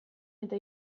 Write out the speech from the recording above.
eta